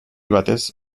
batez